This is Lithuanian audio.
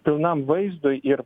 pilnam vaizdui ir